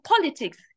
politics